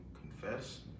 confess